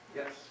yes